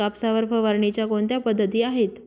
कापसावर फवारणीच्या कोणत्या पद्धती आहेत?